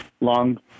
long